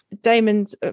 Damon's